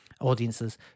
audiences